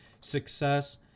success